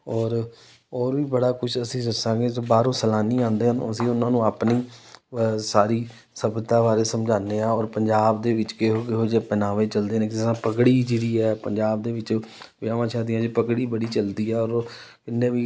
ਔਰ ਔਰ ਵੀ ਬੜਾ ਕੁਛ ਅਸੀਂ ਦੱਸਾਂਗੇ ਅਤੇ ਬਾਹਰੋਂ ਸੈਲਾਨੀ ਆਉਂਦੇ ਹਨ ਅਸੀਂ ਉਹਨਾਂ ਨੂੰ ਆਪਣੀ ਸਾਰੀ ਸਫ਼ਲਤਾ ਬਾਰੇ ਸਮਝਾਉਂਦੇ ਹਾਂ ਔਰ ਪੰਜਾਬ ਦੇ ਵਿੱਚ ਕਿਹੋ ਕਿਹੋ ਜਿਹੇ ਪਹਿਰਾਵੇ ਚਲਦੇ ਨੇ ਜਿਸ ਤਰ੍ਹਾਂ ਪਗੜੀ ਜਿਹੜੀ ਹੈ ਪੰਜਾਬ ਦੇ ਵਿੱਚ ਵਿਆਹਾਂ ਸ਼ਾਦੀਆਂ 'ਚ ਪਗੜੀ ਬੜੀ ਚਲਦੀ ਆ ਔਰ ਜਿੰਨੇ ਵੀ